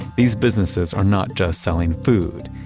these businesses are not just selling food,